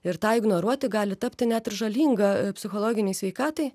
ir tą ignoruoti gali tapti net ir žalinga psichologinei sveikatai